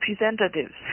representatives